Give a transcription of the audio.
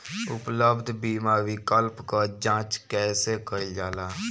उपलब्ध बीमा विकल्प क जांच कैसे कइल जाला?